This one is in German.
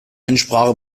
ansprache